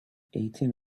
eighteen